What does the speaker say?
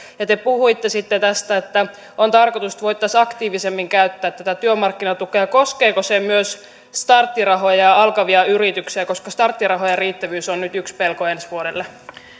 ja te puhuitte sitten tästä että on tarkoitus että voitaisiin aktiivisemmin käyttää tätä työmarkkinatukea koskeeko se myös starttirahoja ja alkavia yrityksiä starttirahojen riittävyys on nyt yksi pelko ensi vuodelle